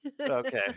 Okay